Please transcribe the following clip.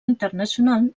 internacional